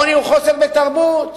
עוני הוא חוסר בתרבות,